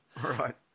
Right